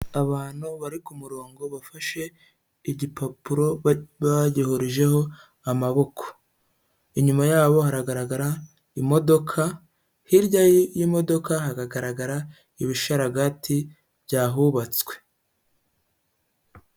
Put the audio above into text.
Abantu bari ku murongo bafashe igipapuro bagihurijeho amaboko, inyuma yabo haragaragara imodoka, hirya y'imodoka hakagaragara ibisharagati byahubatswe.